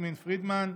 יסמין פרידמן,